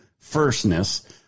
firstness